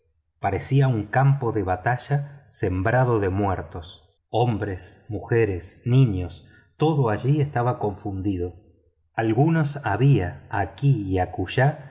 parecía un campo de batalla sembrado de muertos hombres mujeres niños todo allí estaba confundido algunos había aquí y